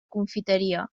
confiteria